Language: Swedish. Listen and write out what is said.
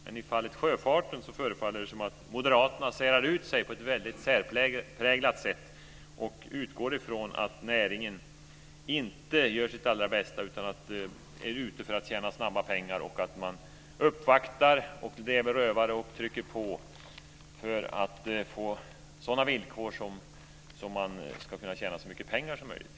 Men i fallet sjöfarten förefaller det som om Moderaterna särar ut sig på ett väldigt särpräglat sätt och utgår från att näringen inte gör sitt allra bästa utan är ute för att tjäna snabba pengar, uppvaktar, lever rövare och trycker på för att få sådana villkor att man ska kunna tjäna så mycket pengar som möjligt.